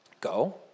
go